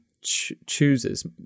chooses